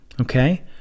Okay